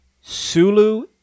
Sulu